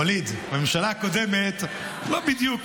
ווליד, בממשלה הקודמת לא בדיוק